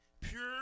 Pure